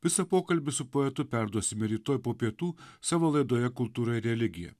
visą pokalbį su poetu perduosime rytoj po pietų savo laidoje kultūra ir religija